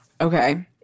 Okay